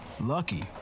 lucky